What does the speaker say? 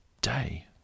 day